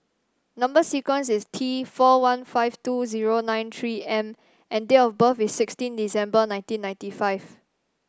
number sequence is T four one five two zero nine three M and date of birth is sixteen December nineteen ninety five